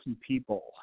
people